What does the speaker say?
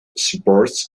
supports